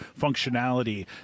functionality